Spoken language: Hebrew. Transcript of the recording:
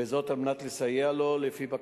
וזאת על מנת לסייע לו לפי בקשתו.